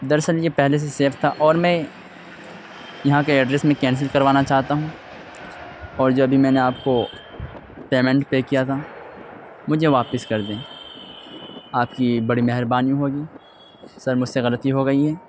دراصل یہ پہلے سے سیو تھا اور میں یہاں کے ایڈریس میں کینسل کروانا چاہتا ہوں اور جو ابھی میں نے آپ کو پیمنٹ پے کیا تھا مجھے واپس کر دیں آپ کی بڑی مہربانی ہوگی سر مجھ سے غلطی ہو گئی ہے